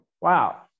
wow